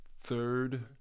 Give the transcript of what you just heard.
third